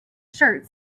shirt